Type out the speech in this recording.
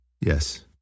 Yes